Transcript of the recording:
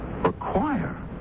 Require